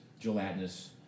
gelatinous